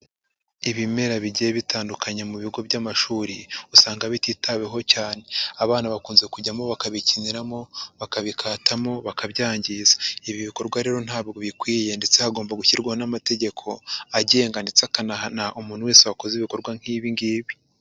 Ibimera bigiye bitandukanye mu bigo by'amashuri usanga bititaweho cyane, abana bakunze kujyamo bakabikiniramo, bakabikatamo, bakabyangiza. Ibi bikorwa rero ntabwo bikwiye ndetse hagomba gushyirwa n'amategeko agenga ndetse akanahana umuntu wese wakoze ibikorwa nk'ibi ngibi.